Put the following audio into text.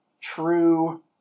true